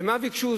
ומה ביקשו?